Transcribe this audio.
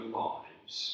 lives